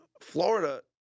Florida